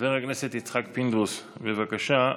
חבר הכנסת יצחק פינדרוס, בבקשה.